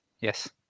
yes